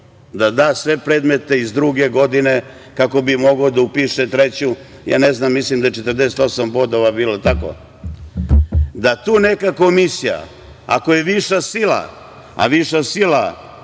da da sve predmete iz druge godine kako bi mogao da upiše treću, mislim da je 48 bodova bilo, da tu neka komisija ako je viša sila, a viša sila